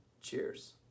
Cheers